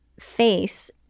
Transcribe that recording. face